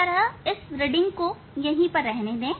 इस तरह इस रीडिंग को यहीं रहने दें